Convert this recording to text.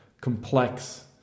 complex